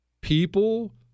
People